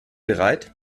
bereit